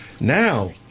Now